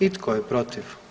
I tko je protiv?